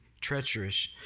treacherous